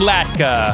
Latka